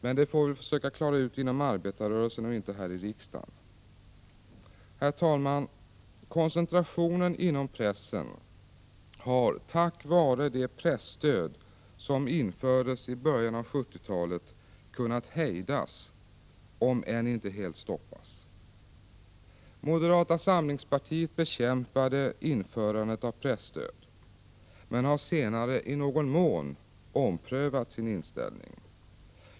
Men det får vi väl försöka klara ut inom arbetarrörelsen och inte här i riksdagen. Herr talman! Koncentrationen inom pressen har tack vare det presstöd som infördes i början av 1970-talet kunnat hejdas om än inte helt stoppas. Moderata samlingspartiet bekämpade införandet av presstöd men har senare i någon mån omprövat sin inställning.